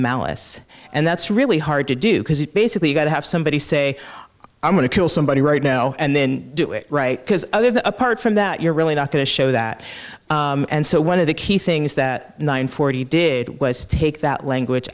malice and that's really hard to do because it basically got to have somebody say i'm going to kill somebody right now and then do it right because apart from that you're really not going to show that and so one of the key things that nine forty did was take that language